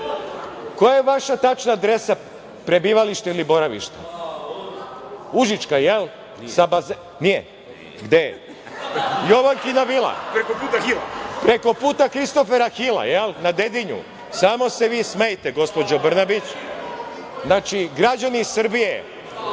Koja je vaša tačna adresa prebivališta ili boravišta? Užička, jel? Nije. Gde je? Jovankina vila, preko puta Kristofera Hila, jel, na Dedinju? Samo se vi smejte gospođo Brnabić. Znači, građani Srbije,